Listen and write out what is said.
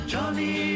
Johnny